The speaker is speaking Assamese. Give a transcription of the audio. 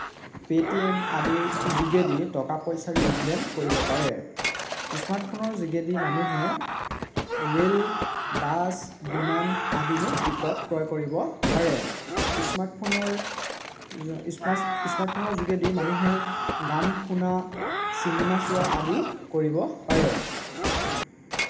পে'টিএম আদিৰ যোগেদি টকা পইচাৰ লেনদেন কৰিব পাৰে স্মাৰ্টফোনৰ যোগেদি মানুহে ৰেল বাছ বিমান আদিৰ টিকট ক্ৰয় কৰিব পাৰে স্মাৰ্টফোনৰ যো স্মাৰ্টফোনৰ যোগেদি মানুহে গান শুনা চিনেমা চোৱা আদি কৰিব পাৰে